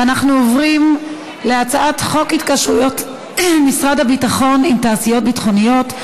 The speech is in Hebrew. ואנחנו עוברים לחוק התקשרויות משרד הביטחון עם תעשיות ביטחוניות,